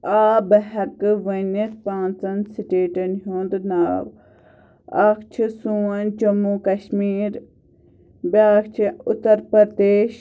آ بہٕ ہیٚکہٕ ؤنِتھ پانژَن سٹیٹَن ہنٛد ناو اکھ چھُ سون جموں کشمیٖر بیٛاکھ چھُ اُتر پردیش